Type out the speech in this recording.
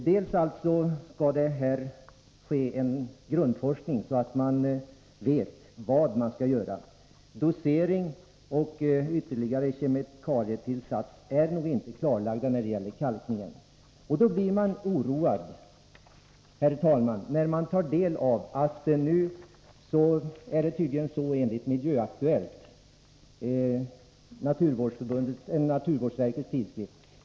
Först skall det alltså ske en grundforskning, så att man vet vad som skall göras. Frågan om dosering av ytterligare kemikalietillsatser är inte klarlagd när det gäller kalkningen. Man blir oroad, herr talman, när man tar del av vad som skrivs i Miljöaktuellt, naturvårdsverkets tidskrift.